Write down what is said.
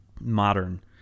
modern